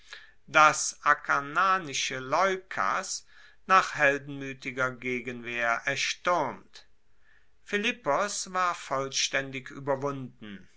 das akarnanische leukas nach heldenmuetiger gegenwehr erstuermt philippos war vollstaendig ueberwunden